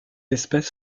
espèce